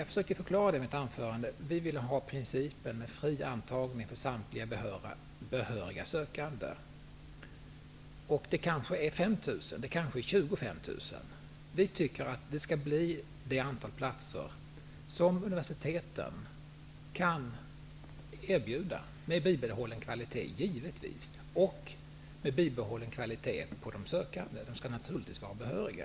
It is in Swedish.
Jag försökte förklara det i mitt anförande. Vi vill ha principen fri antagning för samtliga behöriga sökande. Det kanske är 5 000, eller det kanske är 25 000. Vi tycker att det skall bli det antal platser som universiteten kan erbjuda, givetvis med bibehållen kvalitet, och med bibehållen kvalitet på de sökande. De skall naturligtvis vara behöriga.